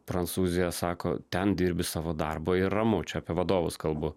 prancūziją sako ten dirbi savo darbą ir ramu čia apie vadovus kalbu